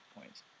point